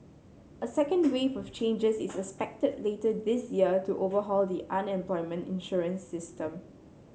a second wave of changes is expected later this year to overhaul the unemployment insurance system